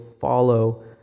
follow